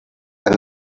and